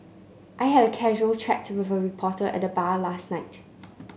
I had a casual chat with a reporter at the bar last night